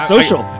Social